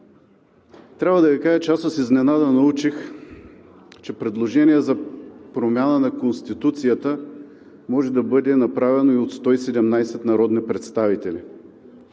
Трябва да Ви кажа, че аз с изненада научих, че предложение за промяна на Конституцията може да бъде направено и от 117 народни представители.